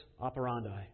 operandi